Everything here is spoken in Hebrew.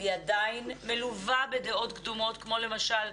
והיא עדיין מלווה בדעות קדומות כמו למשל,